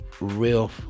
real